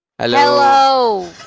Hello